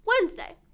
Wednesday